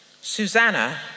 Susanna